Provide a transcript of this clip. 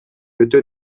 өтө